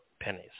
pennies